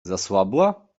zasłabła